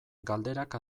galderak